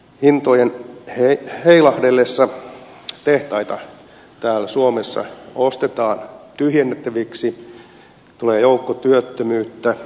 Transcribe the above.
hintojen heilahdellessa tehtaita täällä suomessa ostetaan tyhjennettäviksi tulee joukkotyöttömyyttä näiltä osin